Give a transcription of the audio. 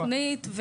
נעביר את התוכנית,